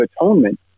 Atonement